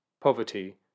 poverty